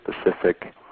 specific